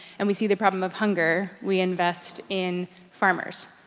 and we see the problem of hunger, we invest in farmers,